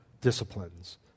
disciplines